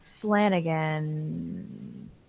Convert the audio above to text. flanagan